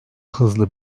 hızlı